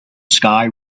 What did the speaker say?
sky